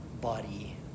body